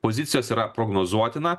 pozicijos yra prognozuotina